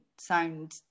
sound